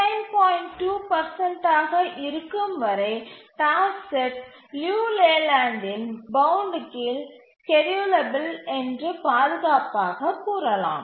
2 ஆக இருக்கும் வரை டாஸ்க் செட் லியு லேலேண்டின் பவுண்ட் கீழ் ஸ்கேட்யூலபில் என்று பாதுகாப்பாகக் கூறலாம்